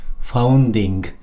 founding